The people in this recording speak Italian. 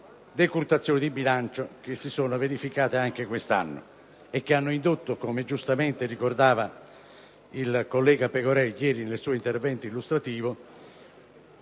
decurtazioni di bilancio registratesi anche quest'anno, che hanno indotto, come giustamente ricordava il collega Pegorer ieri nel suo intervento illustrativo,